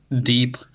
deep